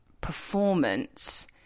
performance